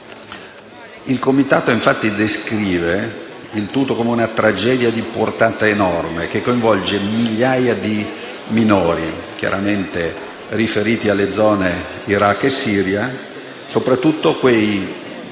Il Comitato descrive il tutto come una tragedia di portata enorme che coinvolge migliaia di minori che si trovano nelle zone di Iraq e Siria e, soprattutto, quei